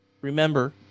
remember